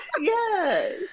Yes